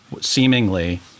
seemingly